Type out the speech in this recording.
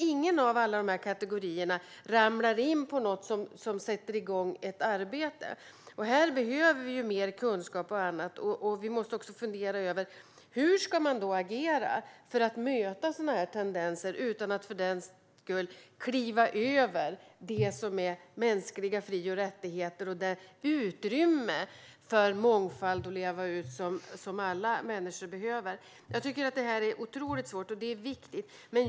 Inget av allt detta är sådant som gör att det sätts igång ett arbete. Här behöver vi mer kunskap, och vi måste också fundera över hur man ska agera för att möta dessa tendenser utan att för den skull överskrida gränsen för vad som är mänskliga fri och rättigheter och det utrymme för mångfald och att leva ut sig som alla människor behöver. Detta är otroligt svårt, men det är viktigt.